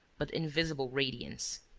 but invisible radiance.